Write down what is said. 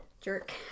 jerk